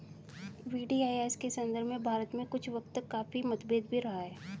VDIS के संदर्भ में भारत में कुछ वक्त तक काफी मतभेद भी रहा है